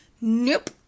Nope